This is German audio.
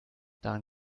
daran